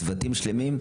צוותים שלמים,